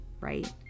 right